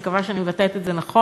אני מקווה שאני מבטאת את זה נכון.